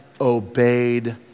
obeyed